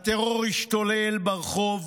הטרור השתולל ברחוב,